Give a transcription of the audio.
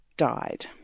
died